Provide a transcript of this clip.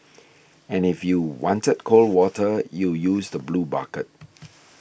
and if you wanted cold water you use the blue bucket